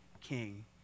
king